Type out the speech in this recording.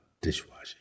dishwashing